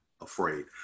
afraid